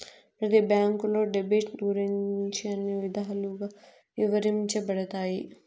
ప్రతి బ్యాంకులో డెబిట్ గురించి అన్ని విధాలుగా ఇవరించబడతాయి